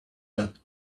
that